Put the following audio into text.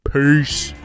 Peace